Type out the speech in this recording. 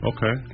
Okay